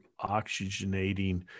oxygenating